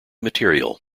material